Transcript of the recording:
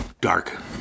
dark